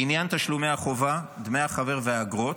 לעניין תשלומי החובה, דמי החבר והאגרות.